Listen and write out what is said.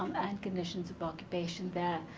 and conditions of occupation there.